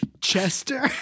Chester